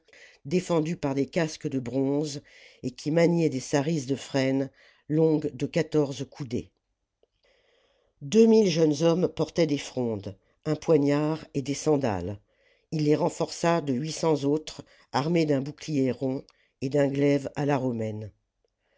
défendus par des casques de bronze et qui maniaient des sarisses de frêne longues de quatorze coudées deux mille jeunes hommes portaient des frondes un poignard et des sandales ii les renforça de huit cents autres armés d'un bouclier rond et d'un glaive à la romaine